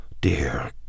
Dear